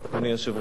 אדוני היושב-ראש,